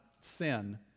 sin